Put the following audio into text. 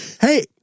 Hey